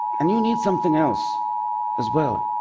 and you need something else as well